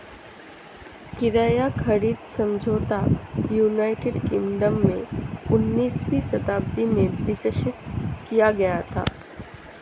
किराया खरीद समझौता यूनाइटेड किंगडम में उन्नीसवीं शताब्दी में विकसित किया गया था